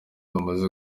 bamaze